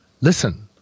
listen